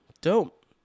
Dope